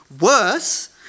Worse